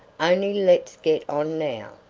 only let's get on now.